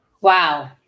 wow